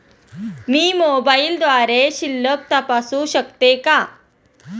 मी मोबाइलद्वारे शिल्लक तपासू शकते का?